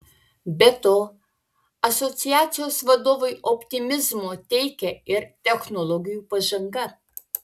be to asociacijos vadovui optimizmo teikia ir technologijų pažanga